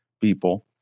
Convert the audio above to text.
people